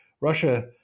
Russia